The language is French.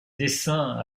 dessein